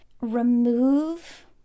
remove